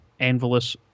Anvilus